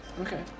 Okay